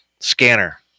Scanner